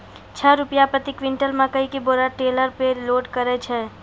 छह रु प्रति क्विंटल मकई के बोरा टेलर पे लोड करे छैय?